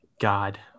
god